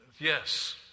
Yes